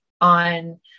on